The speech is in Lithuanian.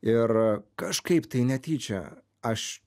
ir kažkaip tai netyčia aš